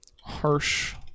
harsh